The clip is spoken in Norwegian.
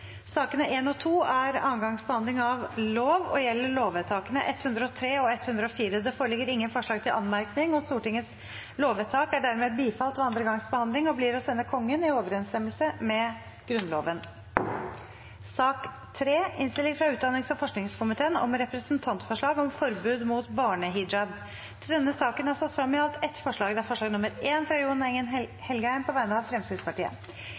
sakene nr. 1–9 samt sak nr. 25 på dagens kart. Sakene nr. 1 og 2 er andre gangs behandling av lover og gjelder lovvedtakene 103 og 104. Det foreligger ingen forslag til anmerkning. Stortingets lovvedtak er dermed bifalt ved andre gangs behandling og blir å sende Kongen i overensstemmelse med Grunnloven. Under debatten har Jon Engen-Helgheim satt frem et forslag på vegne av Fremskrittspartiet.